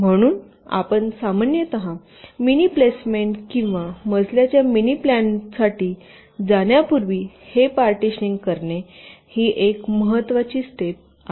म्हणून आपण सामान्यत मिनी प्लेसमेंट किंवा मजल्याच्या मिनीप्लॅनसाठी जाण्यापूर्वी हे पार्टिशनिंग करणे ही एक महत्त्वाची स्टेप आहे